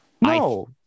No